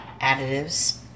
additives